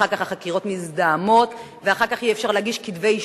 אחר כך החקירות מזדהמות ואחר כך אי-אפשר להגיש כתבי-אישום,